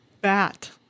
bat